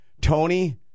tony